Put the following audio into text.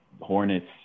Hornets